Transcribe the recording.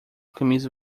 camisa